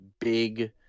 big